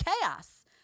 chaos